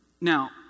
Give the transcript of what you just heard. now